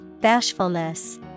Bashfulness